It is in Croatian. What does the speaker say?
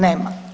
Nema.